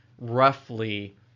roughly